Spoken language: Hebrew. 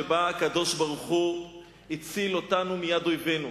שבה הקדוש-ברוך-הוא הציל אותנו מיד אויבינו.